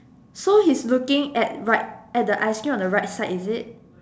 so he's looking at right at the ice cream on the right side is it